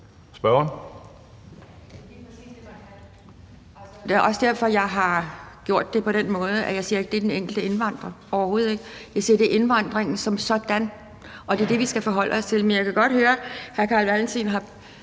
det er også derfor, jeg har gjort det på den måde, at jeg ikke siger, at det er den enkelte indvandrer, overhovedet ikke, jeg siger, at det er indvandringen som sådan, og at det er det, vi skal forholde os til. Men jeg kan godt høre, at hr. Carl Valentin nu har